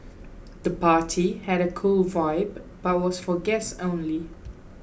the party had a cool vibe but was for guests only